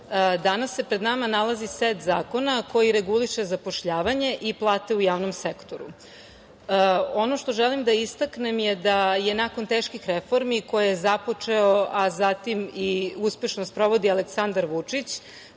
danas se pred nama nalazi set zakona koji reguliše zapošljavanje i plate u javnom sektoru. Ono što želim da istaknem je da je nakon teških reformi koje je započeo, a zatim i uspešno sprovodi Aleksandar Vučić,